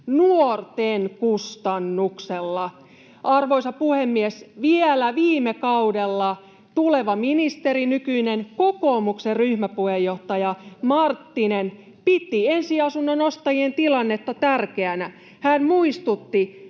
Nuorten kustannuksella. Arvoisa puhemies! Vielä viime kaudella tuleva ministeri, nykyinen kokoomuksen ryhmäpuheenjohtaja Marttinen piti ensiasunnon ostajien tilannetta tärkeänä. Hän muistutti,